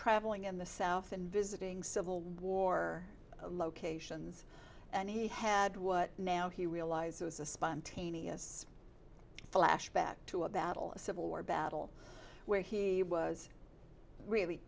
traveling in the south and visiting civil war locations and he had what now he realized was a spontaneous flashback to a battle a civil war battle where he was really